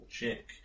Check